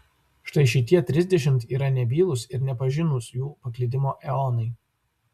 štai šitie trisdešimt yra nebylūs ir nepažinūs jų paklydimo eonai